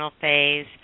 phase